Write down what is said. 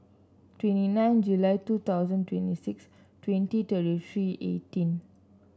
twenty nine July two thousand twenty six twenty thirty three eighteen